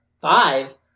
five